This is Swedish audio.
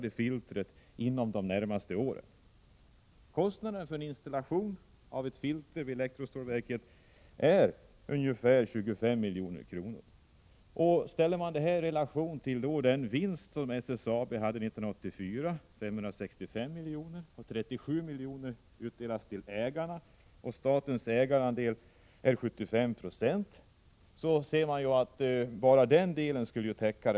Samtidigt ansöker SSAB Domnarvet om lindring av de villkor för stoftutsläpp från elektrostålverkét som regeringen bestämt och har i förtäckta ordalag hotat med nedläggning av verket om miljökraven blir för hårda.